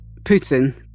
Putin